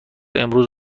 امروز